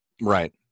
Right